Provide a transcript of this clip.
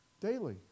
daily